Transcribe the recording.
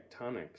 tectonics